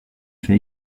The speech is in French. fait